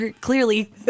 clearly